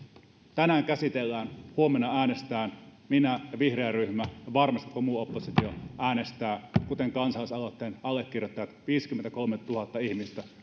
tänään käsitellään huomenna äänestetään minä ja vihreä ryhmä ja varmasti koko muu oppositio äänestämme kuten kansalaisaloitteen allekirjoittajat viisikymmentäkolmetuhatta ihmistä